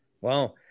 Wow